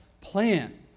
plan